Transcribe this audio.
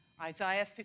Isaiah